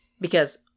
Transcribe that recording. because-